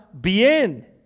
bien